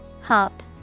Hop